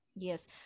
yes